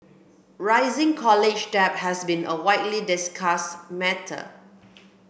rising college debt has been a widely discussed matter